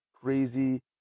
crazy